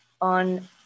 on